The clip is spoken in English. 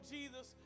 Jesus